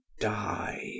die